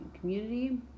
community